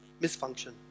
misfunction